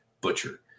butcher